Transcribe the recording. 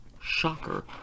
Shocker